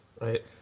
right